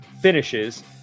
finishes